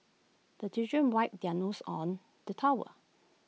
the children wipe their noses on the towel